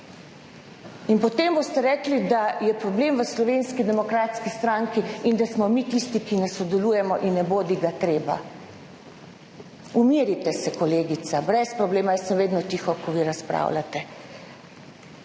In potem boste rekli, da je problem v Slovenski demokratski stranki, in da smo mi tisti, ki ne sodelujemo in ne bodi ga treba. Umirite se, kolegica, brez problema, jaz sem vedno tiho, ko vi razpravljate.